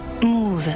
Move